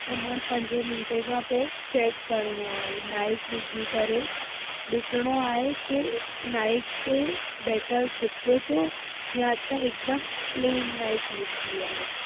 खमण पंजे मिंटे खां पोइ चैक करिणो आहे नाइक विझी करे ॾिसणो आहे की नाइक ते बैटर चिपके थो या त हिकदमि प्लेन नाइक निकिती आहे